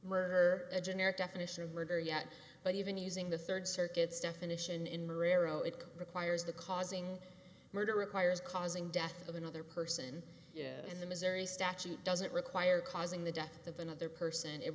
murder a generic definition of murder yet but even using the third circuit's definition in rare oh it requires the causing murder requires causing death of another person in the missouri statute doesn't require causing the death of another person it